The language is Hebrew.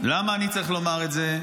למה אני צריך לומר את זה?